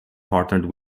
partnered